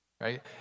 right